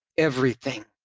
everything.